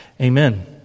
Amen